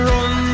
Run